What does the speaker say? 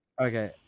Okay